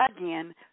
again